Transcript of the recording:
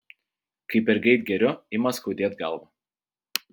kai per greit geriu ima skaudėt galvą